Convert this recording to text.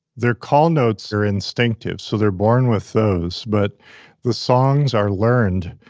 their call notes, are instinctive, so they're born with those, but the songs are learned.